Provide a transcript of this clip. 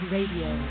Radio